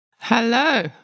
Hello